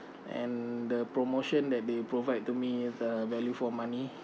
and the promotion that they provide to me the value for money